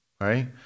right